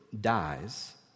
dies